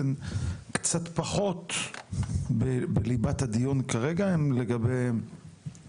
הן קצת פחות בליבת הדיון כרגע ויותר לגבי כשלים